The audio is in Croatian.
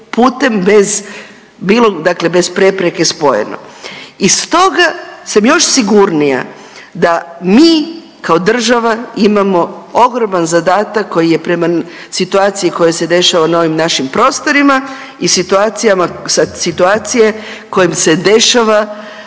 dakle bez prepreke spojeno. I stoga sam još sigurnija da mi kao država imamo ogroman zadatak koji je prema situaciji koja se dešava na ovim našim prostorima i situacijama i situacije